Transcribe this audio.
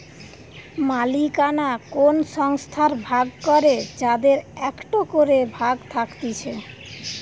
মালিকানা কোন সংস্থার ভাগ করে যাদের একটো করে ভাগ থাকতিছে